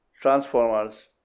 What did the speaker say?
Transformers